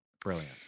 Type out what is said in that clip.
brilliant